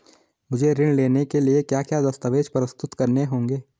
मुझे ऋण लेने के लिए क्या क्या दस्तावेज़ प्रस्तुत करने होंगे?